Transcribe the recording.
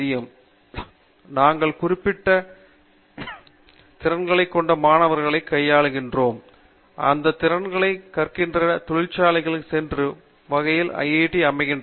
ஆமாம் நாங்கள் குறிப்பிட்ட திறன்களைக் கொண்ட மாணவர்களை கையாளுகின்றோம் அந்தத் திறன்களைக் கற்கின்றவர்கள் தொழிற்சாலைகளுக்கு சென்றடையும் வகையில் ஐஐடி அமைக்கிறது